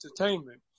entertainment